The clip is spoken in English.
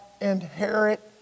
inherit